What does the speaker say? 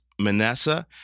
Manessa